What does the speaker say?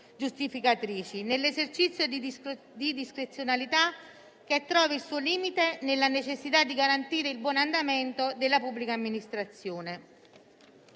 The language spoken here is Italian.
giustificatrici, nell'esercizio di discrezionalità che trova il suo limite nella necessità di garantire il buon andamento della pubblica amministrazione.